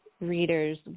readers